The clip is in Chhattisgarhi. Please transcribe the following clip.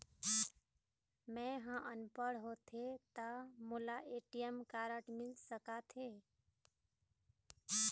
मैं ह अनपढ़ होथे ता मोला ए.टी.एम कारड मिल सका थे?